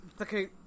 okay